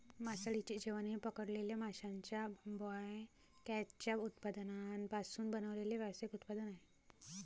मासळीचे जेवण हे पकडलेल्या माशांच्या बायकॅचच्या उत्पादनांपासून बनवलेले व्यावसायिक उत्पादन आहे